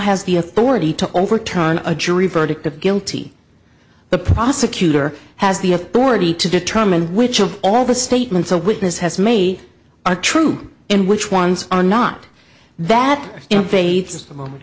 has the authority to overturn a jury verdict of guilty the prosecutor has the authority to determine which of all the statements a witness has made are true and which ones are not that